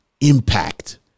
impact